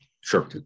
Sure